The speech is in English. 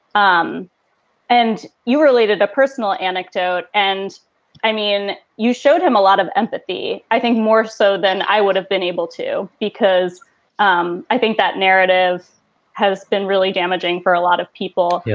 um and you related a personal anecdote. and i mean, you showed him a lot of empathy. i think more so than i would have been able to, because um i think that narrative has been really damaging for a lot of people, you